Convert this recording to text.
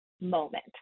moment